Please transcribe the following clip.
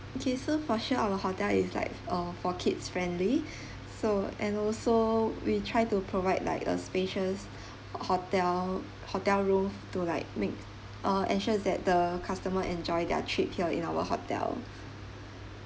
okay so for sure our hotel is like uh for kids friendly so and also we try to provide like a spacious hotel hotel room to like make uh ensure that the customer enjoy their trip here in our hotel